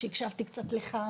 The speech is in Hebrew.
כשהקשבתי קצת לך,